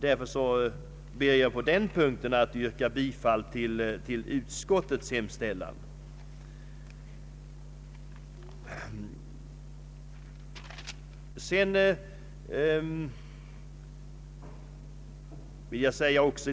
Därför ber jag, herr talman, att på den punkten få yrka bifall till utskottets hemställan.